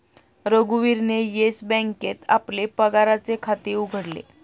रघुवीरने येस बँकेत आपले पगाराचे खाते उघडले